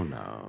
no